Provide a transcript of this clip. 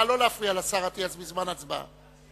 נא לא להפריע לשר אטיאס בזמן הצבעה.